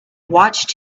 watched